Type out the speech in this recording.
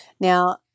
Now